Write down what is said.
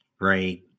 right